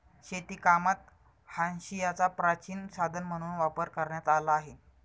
शेतीकामात हांशियाचा प्राचीन साधन म्हणून वापर करण्यात आला आहे